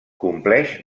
compleix